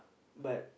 but